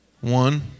One